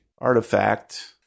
artifact